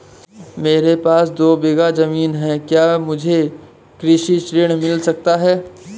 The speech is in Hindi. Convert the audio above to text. मेरे पास दो बीघा ज़मीन है क्या मुझे कृषि ऋण मिल सकता है?